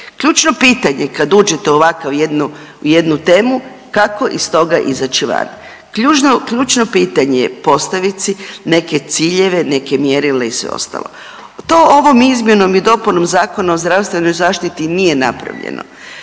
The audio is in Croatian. Ključno pitanje kad uđete u ovakvu jednu temu kako iz toga izaći van. Ključno pitanje je postaviti si neke ciljeve, neka mjerila i sve ostalo. To ovom izmjenom i dopunom Zakona o zdravstvenoj zaštiti nije napravljeno.